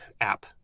app